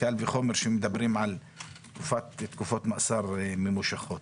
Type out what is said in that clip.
קל וחומר כשמדברים על תקופות מאסר ממושכות.